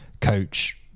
coach